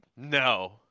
No